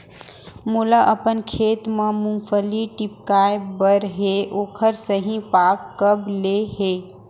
मोला अपन खेत म मूंगफली टिपकाय बर हे ओखर सही पाग कब ले हे?